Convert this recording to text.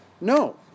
No